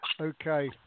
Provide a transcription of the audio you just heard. Okay